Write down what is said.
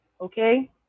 okay